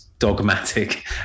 dogmatic